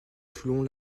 toulon